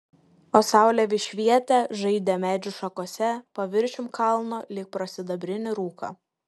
o saulė vis švietė žaidė medžių šakose paviršium kalno lyg pro sidabrinį rūką